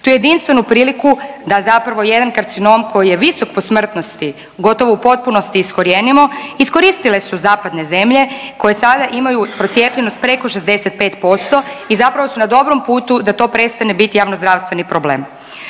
Tu jedinstvenu priliku da zapravo jedan karcinom koji je visok po smrtnosti gotovo u potpunosti iskorijenimo iskoristile su zapadne zemlje koje sada imaju procijepljenost preko 65% i zapravo su na dobrom putu da to prestane bit javnozdravstveni problem.